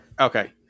Okay